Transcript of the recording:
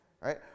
right